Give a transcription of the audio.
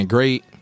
Great